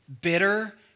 bitter